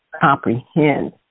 comprehend